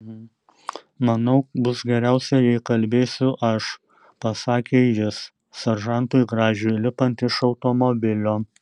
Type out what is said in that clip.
manau bus geriausia jei kalbėsiu aš pasakė jis seržantui gražiui lipant iš automobilio